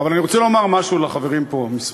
אבל אני רוצה לומר משהו לחברים פה משמאל,